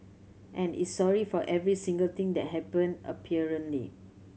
and it's sorry for every single thing that happened apparently